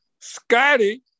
Scotty